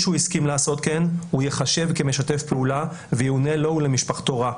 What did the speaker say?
שהוא הסכים לעשות כן הוא ייחשב כמשתף פעולה ויאונה לו ולמשפחתו רע,